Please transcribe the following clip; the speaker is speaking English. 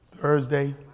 Thursday